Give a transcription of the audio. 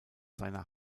seiner